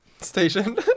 station